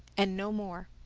and no more.